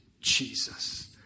Jesus